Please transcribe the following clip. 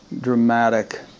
dramatic